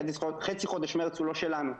חצי מרץ הוא לא שלנו.